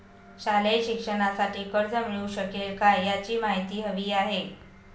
शालेय शिक्षणासाठी कर्ज मिळू शकेल काय? याची माहिती हवी आहे